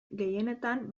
gehienetan